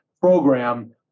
program